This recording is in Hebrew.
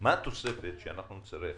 מה התוספת שנצטרך